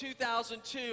2002